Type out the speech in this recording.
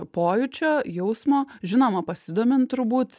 pojūčio jausmo žinoma pasidomint turbūt